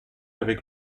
avec